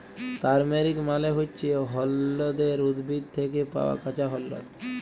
turmeric মালে হচ্যে হল্যদের উদ্ভিদ থ্যাকে পাওয়া কাঁচা হল্যদ